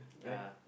yeah